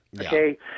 Okay